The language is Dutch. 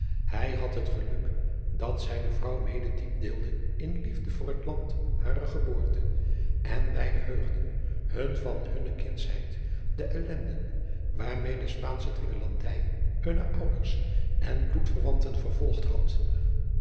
hij had het geluk dat zijne vrouw mede diep deelde in liefde voor het land harer geboorte en beide heugden hun van hunne kindschheid de ellenden waarmede de spaansche dwingelandij hunne ouders en bloedverwanten vervolgd had